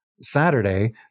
Saturday